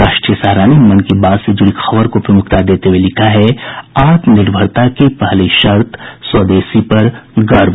राष्ट्रीय सहारा ने मन की बात से जुड़ी खबर को प्रमुखता देते हुये लिखा है आत्मनिर्भता की पहली शर्त स्वदेशी पर गर्व